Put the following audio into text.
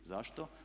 Zašto?